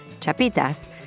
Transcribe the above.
chapitas